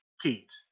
Pete